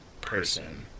person